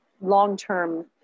long-term